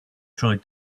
tried